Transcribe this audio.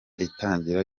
itangira